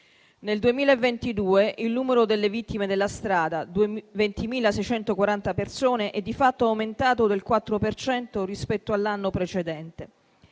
Nel 2022 il numero delle vittime della strada - 20.640 persone - è di fatto aumentato del 4 per cento rispetto all'anno precedente.